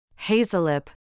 Hazelip